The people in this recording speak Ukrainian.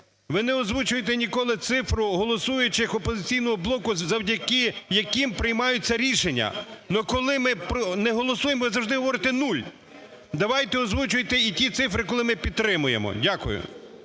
ви не озвучуєте ніколи цифру голосуючих "Опозиційного блоку", завдяки яким приймаються рішення. Но, коли ми не голосуємо, ви завжди говорите, нуль. Давайте озвучуйте і ті цифри, коли ми підтримуємо. Дякую.